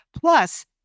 plus